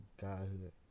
Godhood